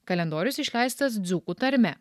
kalendorius išleistas dzūkų tarme